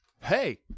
Hey